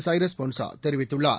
சைரஸ் பொன்ச்சா தெரிவித்துள்ளார்